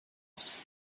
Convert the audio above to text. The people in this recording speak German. aus